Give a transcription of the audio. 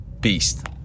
beast